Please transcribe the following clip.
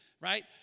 right